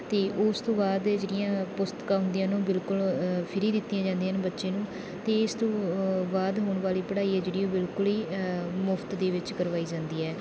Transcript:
ਅਤੇ ਉਸ ਤੋਂ ਬਾਅਦ ਜਿਹੜੀਆਂ ਪੁਸਤਕਾਂ ਹੁੰਦੀਆਂ ਹਨ ਉਹਨੂੰ ਬਿਲਕੁਲ ਫਰੀ ਦਿੱਤੀਆਂ ਜਾਂਦੀਆਂ ਨੇ ਬੱਚੇ ਨੂੰ ਅਤੇ ਇਸ ਤੋਂ ਬਾਅਦ ਹੋਣ ਵਾਲੀ ਪੜ੍ਹਾਈ ਹੈ ਜਿਹੜੀ ਉਹ ਬਿਲਕੁਲ ਹੀ ਮੁਫ਼ਤ ਦੇ ਵਿੱਚ ਕਰਵਾਈ ਜਾਂਦੀ ਹੈ